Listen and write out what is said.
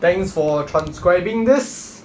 thanks for transcribing this